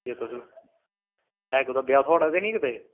ते ब्याह् कुदै थुआढ़ा ते नेईं कुदै